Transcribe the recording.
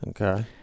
Okay